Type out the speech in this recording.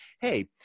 hey